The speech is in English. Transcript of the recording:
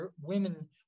women